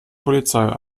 polizei